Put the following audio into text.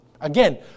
Again